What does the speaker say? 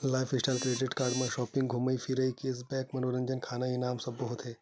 lifestyle credit card म shopping, धूमई फिरई, केस बेंक, मनोरंजन, खाना, इनाम सब्बो होथे